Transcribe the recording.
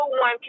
one